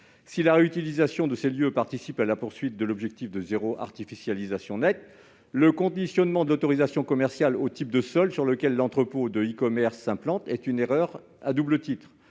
Si la réutilisation de ces lieux participe à la poursuite de l'objectif « zéro artificialisation nette », le conditionnement de l'autorisation commerciale au type de sol sur lequel s'implante l'entrepôt de e-commerce est une erreur à double titre.